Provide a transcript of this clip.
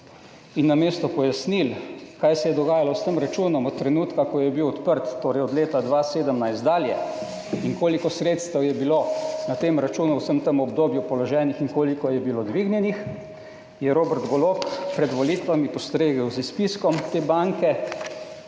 in namesto pojasnil, kaj se je dogajalo s tem računom od trenutka, ko je bil odprt, torej od leta 2017 dalje in koliko sredstev je bilo na tem računu v vsem tem obdobju položenih in koliko je bilo dvignjenih, je Robert Golob pred volitvami postregel z izpiskom te banke,